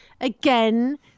again